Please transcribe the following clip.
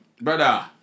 Brother